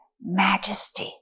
majesty